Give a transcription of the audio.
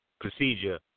procedure